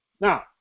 Now